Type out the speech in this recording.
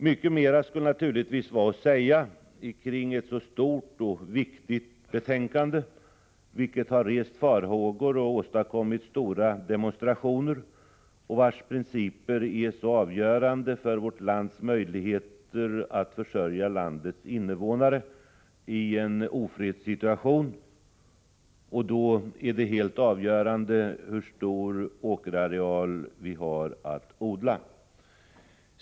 Mycket mera skulle naturligtvis vara att säga kring ett så stort och viktigt betänkande, som har rest farhågor och åstadkommit stora demonstrationer och vars principer är så avgörande för vårt lands möjligheter att försörja landets invånare i en ofredssituation. Det helt avgörande är då hur stor åkerareal vi har att odla.